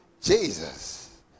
Jesus